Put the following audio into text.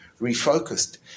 refocused